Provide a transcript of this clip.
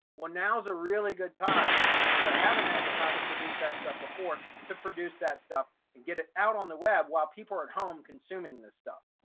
well now's a really good time because i haven't had the time to produce that stuff before to produce that stuff and get it out on the web while people are at home consuming this stuff.